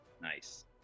Nice